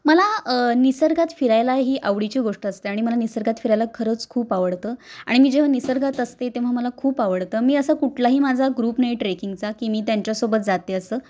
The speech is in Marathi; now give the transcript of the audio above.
मला निसर्गात फिरायला ही आवडीची गोष्ट असते आणि मला निसर्गात फिरायला खरंच खूप आवडतं आणि मी जेव्हा निसर्गात असते तेव्हा मला खूप आवडतं मी असा कुठलाही माझा ग्रुप नाही ट्रेकिंगचा की मी त्यांच्यासोबत जाते असं